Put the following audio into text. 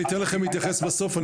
אתן לכם להתייחס בסוף.